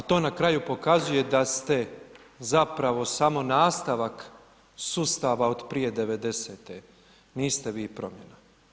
to na kraju pokazuje da ste zapravo samo nastavak sustava od prije 90-te, niste vi promjena.